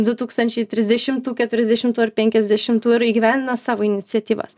du tūkstančiai trisdešimtų keturiasdešimtų penkiasdešimtų ir įgyvendina savo iniciatyvas